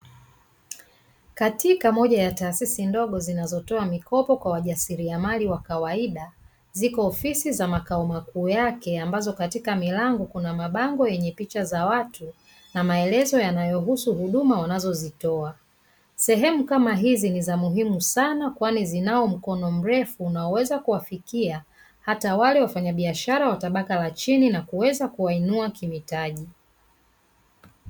Katika moja ya taasisi ndogo zinazotoa mikopo kwa wajasiliamli wa kawaida ziko ofisi za makao makuu yake ambazo katika milango kuna mabango yenye picha za watu na maelezo yanayohusu huduma wanazozitoa. Sehemu kama hizi ni za muhimu sana kwani zinao mkono mrefu unaoweza kuwafikia hata wale wafanyabiashara wa tabaka la chini na kuweza kuwainua kimitaji.